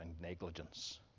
negligence